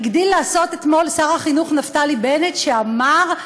הגדיל לעשות אתמול שר החינוך נפתלי בנט, שאמר: